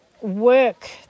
work